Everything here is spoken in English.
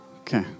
Okay